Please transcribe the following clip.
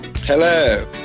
Hello